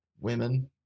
women